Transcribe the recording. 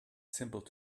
simple